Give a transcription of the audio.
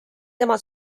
tema